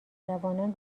جوانان